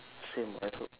same I hope